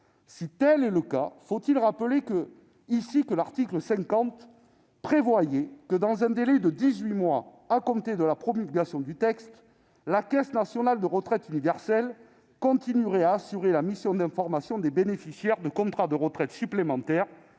être le cas, faut-il rappeler que l'article 50 du projet de loi prévoyait que, dans un délai de dix-huit mois à compter de la promulgation du texte, la Caisse nationale de retraite universelle (CNRU) continuerait à assurer la mission d'information des bénéficiaires de contrats de retraite supplémentaire.